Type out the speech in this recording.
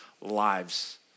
lives